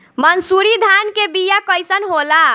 मनसुरी धान के बिया कईसन होला?